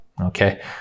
okay